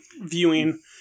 viewing